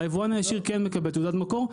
היבואן הישיר כן מקבל תעודת מקור.